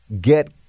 get